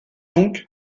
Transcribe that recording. donc